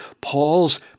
Paul's